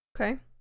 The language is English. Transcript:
Okay